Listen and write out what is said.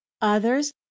others